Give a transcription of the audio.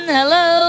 Hello